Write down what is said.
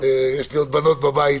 - יש לי בנות בבית